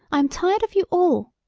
i am tired of you all.